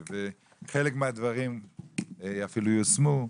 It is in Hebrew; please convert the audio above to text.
חלק מהדברים אפילו יושמו.